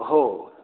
हो